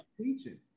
teaching